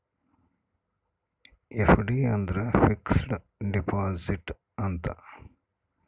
FD ಅಂದ್ರ fixed deposit ಅಂತ